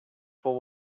for